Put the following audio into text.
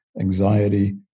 anxiety